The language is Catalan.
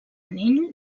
anell